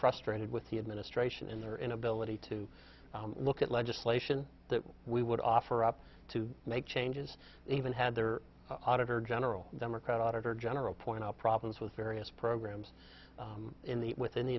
frustrated with the administration in their inability to look at legislation that we would offer up to make changes even had their auditor general democrat auditor general point our problems with various programs in the within the